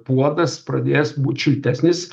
puodas pradės būt šiltesnis